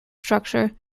structure